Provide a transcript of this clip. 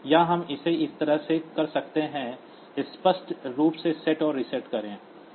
या हम इसे इस तरह से कर सकते हैं स्पष्ट रूप से सेट और रीसेट करें